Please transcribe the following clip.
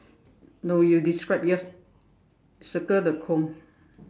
no you describe yours circle the comb